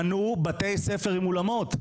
בנו בתי ספר עם אולמות.